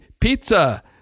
pizza